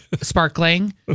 sparkling